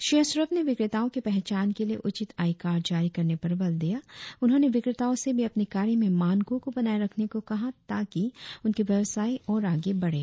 श्री अशरफ ने विक्रेताओ के पहचान के लिए उचित आई कार्ड जारी करने पर बल दिया उन्होने विक्रेताओ से भी अपने कार्य में मानको को बनाए रखने को कहा ताकि उनके व्यवसाय और आगे बढ़े